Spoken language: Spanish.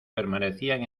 permanecían